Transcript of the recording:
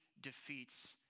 defeats